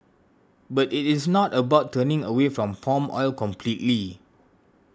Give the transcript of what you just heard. but it is not about turning away from palm oil completely